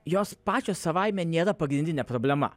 jos pačios savaime nėra pagrindinė problema